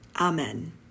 Amen